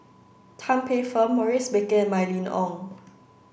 Tan Paey Fern Maurice Baker and Mylene Ong